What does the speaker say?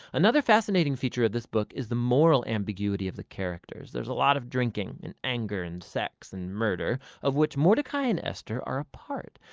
another fascinating feature of this book, is the moral ambiguity of the characters. there's a lot of drinking and anger and sex and murder, of which mordecai and esther are a part.